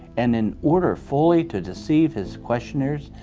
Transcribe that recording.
and in order fully to deceive his questioners,